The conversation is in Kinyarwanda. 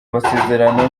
amasezerano